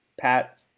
Pat